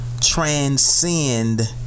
transcend